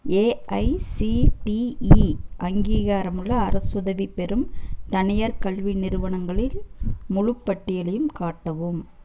AICTE அங்கீகாரமுள்ள அரசுதவி பெறும் தனியார் கல்வி நிறுவனங்களின் முழுப் பட்டியலையும் காட்டவும்